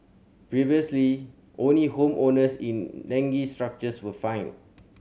previously only home owners in dengue structures were fined